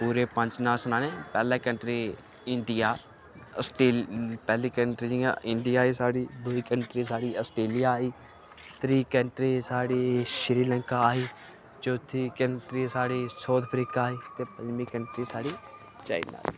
पूरे पंज नांऽ सनाने न पैह्ले कंट्री इंडियां आस्ट्रेलिया पैह्ली कंट्री जियां इंडियां आई साढ़ी दुई कंट्री साढ़ी आस्ट्रेलिया आई त्री कंट्री साढ़ी श्रीलंका आई चौथी कंट्री साढ़ी साउथ अफ्रीका आई ते पंजमी कंट्री साढ़ी चाइना आई